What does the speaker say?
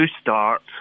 start